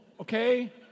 Okay